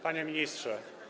Panie Ministrze!